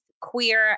queer